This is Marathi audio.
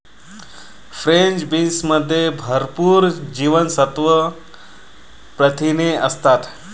फ्रेंच बीन्समध्ये भरपूर जीवनसत्त्वे, प्रथिने असतात